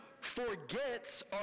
forgets